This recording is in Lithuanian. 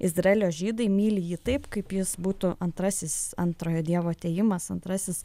izraelio žydai myli jį taip kaip jis būtų antrasis antrojo dievo atėjimas antrasis